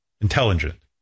intelligent